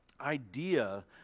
idea